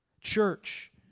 Church